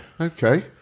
Okay